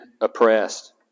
oppressed